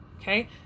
Okay